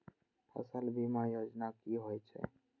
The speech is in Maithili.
फसल बीमा योजना कि होए छै?